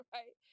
Right